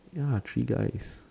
ya three guys